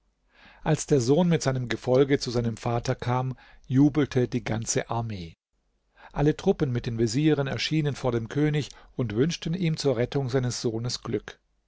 als der sohn mit seinem gefolge zu seinem vater kam jubelte die ganze armee alle truppen mit den vezieren erschienen vor dem könig und wünschten ihm zur rettung seines sohnes glück